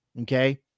Okay